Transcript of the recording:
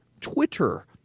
Twitter